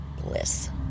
bliss